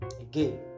again